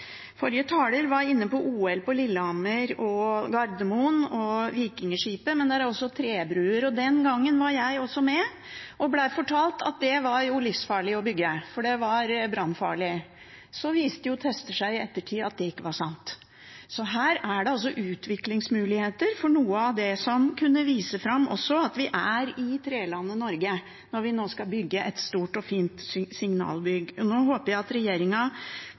Forrige taler var inne på Gardermoen, OL på Lillehammer og Vikingskipet. Der er det også trebroer. Den gangen var jeg også med og ble fortalt at det var det livsfarlig å bygge, for det var brannfarlig. Så viste tester i ettertid at det ikke var sant. Her er det utviklingsmuligheter for noe av det som kan vise at vi er i trelandet Norge, når vi nå skal bygge et stort og fint signalbygg. Nå håper jeg regjeringen tar initiativ og blir en litt større entusiast for dette enn det den har vært til nå. Grunnen til at